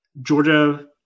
Georgia